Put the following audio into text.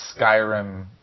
Skyrim